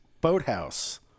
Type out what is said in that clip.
boathouse